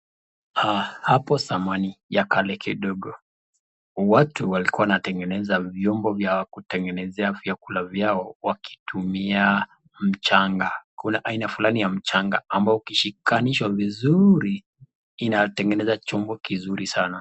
Hapo zamani ya kale kidogo watu walikuwa wanategeneza vyombo vya kutegenezea vyakula vyao wakitumia mchanga. Kuna aina fulani ya mchanga ambao ukishikanishwa vizuri inategeneza chombo kizuri sana.